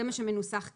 זה מה המנוסח כרגע.